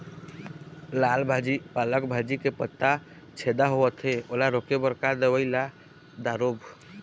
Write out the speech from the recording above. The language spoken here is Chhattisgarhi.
लाल भाजी पालक भाजी के पत्ता छेदा होवथे ओला रोके बर का दवई ला दारोब?